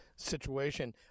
Situation